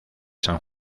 san